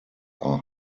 are